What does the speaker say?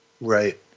Right